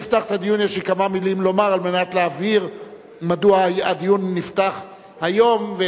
יש לי כמה מלים לומר על מנת להבהיר מדוע הדיון נפתח היום,